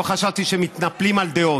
לא חשבתי שמתנפלים על דעות.